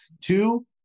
Two